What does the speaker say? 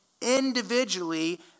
individually